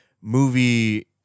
movie